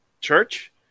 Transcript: church